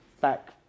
back